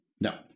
No